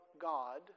God